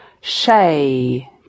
Shay